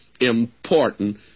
important